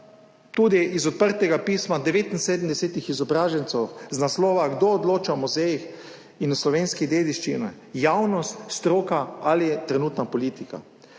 tudi iz odprtega pisma 79 izobražencev z naslovom »Kdo odloča o muzejih in o slovenski dediščini? Javnost, stroka ali trenutna politika?«